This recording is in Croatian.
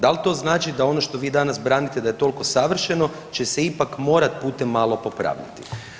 Da li to znači da ono što vi danas branite da je toliko savršeno će se ipak morat putem malo popraviti?